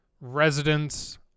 residents